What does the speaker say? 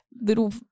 little